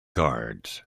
cards